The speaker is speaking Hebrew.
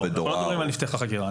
אנחנו לא מדברים על נפתחה חקירה.